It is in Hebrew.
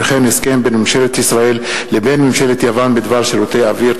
הסכם בין ממשלת ישראל לבין ממשלת יוון בדבר שירותי אוויר.